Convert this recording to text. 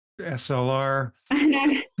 SLR